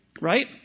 Right